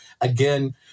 again